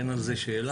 אין על זה שאלה.